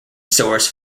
source